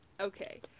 Okay